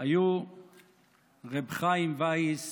היו רב חיים וייס